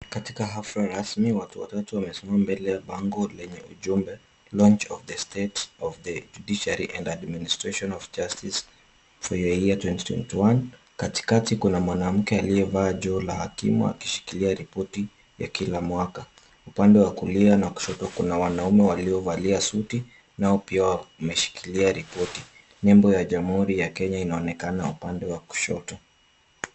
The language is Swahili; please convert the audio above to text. Katika hafla rasmi, watu watatu wamesimama mbele ya bango lenye ujumbe Launch of the State of the Judiciary and Administration of Justice for the year 2021 . Katikati kuna mwanamke aliyevaa jola hakimu akishikilia ripoti ya kila mwaka. Upande wa kulia na kushoto kuna wanaume wawili waliovaa suti na pia wameshikilia ripoti. Nembo ya Jamhuri ya Kenya inaonekana upande wa kushoto.